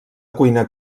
cuina